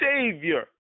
Savior